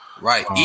right